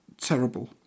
terrible